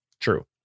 True